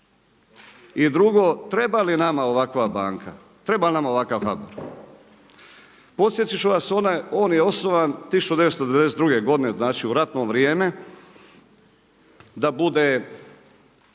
I drugo, treba li nama ovakva banka? Treba li nama ovakav HBOR? Podsjetit ću vas on je osnovan 1992. godine, znači u ratno vrijeme da bude